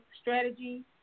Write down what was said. strategy